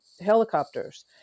helicopters